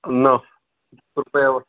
न कृपया